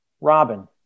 robin